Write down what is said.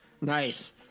nice